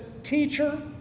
Teacher